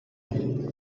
did